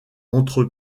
entre